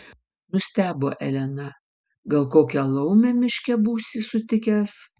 nustebo elena gal kokią laumę miške būsi sutikęs